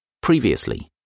Previously